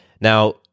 Now